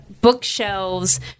bookshelves